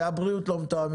משרד הבריאות לא מתואם